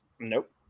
Nope